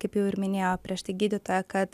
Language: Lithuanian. kaip jau ir minėjo prieš tai gydytoja kad